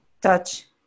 touch